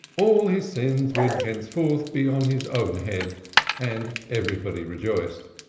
all his sins would henceforth be on his own head and everybody rejoiced.